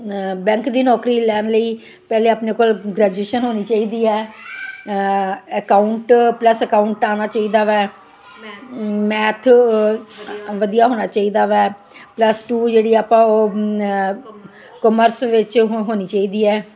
bank ਦੀ ਨੌਕਰੀ ਲੈਣ ਲਈ ਪਹਿਲੇ ਆਪਣੇ ਕੋਲ ਗ੍ਰੈਜੂਏਸ਼ਨ ਹੋਣੀ ਚਾਹੀਦੀ ਹੈ ਅਕਾਊਂਟ ਪਲਸ ਅਕਾਊਂਟ ਆਣਾ ਚਾਹੀਦਾ ਵੈ ਮੈਥ ਵਧੀਆ ਹੋਣਾ ਚਾਹੀਦਾ ਵੈ ਪਲਸ ਟੂ ਜਿਹੜੀ ਆਪਾਂ ਉਹ ਕਮਰਸ ਵਿੱਚ ਹੋਣੀ ਚਾਹੀਦੀ ਹੈ